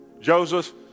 Joseph